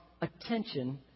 attention